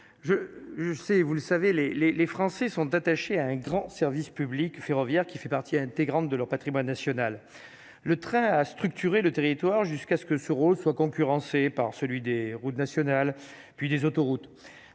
je sais, vous le savez les, les, les Français sont attachés à un grand service public ferroviaire qui fait partie intégrante de leur Patrimoine national, le train à structurer le territoire jusqu'à ce que ce rôle soit concurrencé par celui des routes nationales, puis des autoroutes